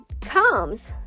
comes